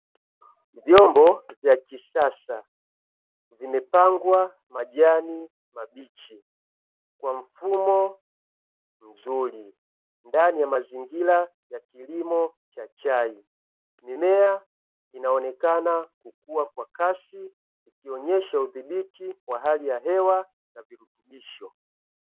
Vyombo vya kisasa, vimepangwa majani mabichi kwa mfumo mzuri ndani ya mazingira ya kilimo cha chai. Mimea inaonekana kukua kwa kasi, ikionyesha udhibiti wa hali ya hewa na virutubisho.